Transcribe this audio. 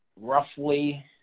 roughly